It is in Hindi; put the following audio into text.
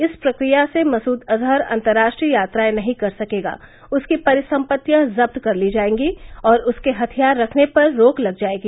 इस प्रक्रिया से मसूद अजहर अंतर्राष्ट्रीय यात्राए नहीं कर सकेगा उसकी परिसम्पतियां जब्त कर ली जाएगी और उसके हथियार रखने पर रोक लग जाएगी